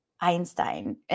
Einstein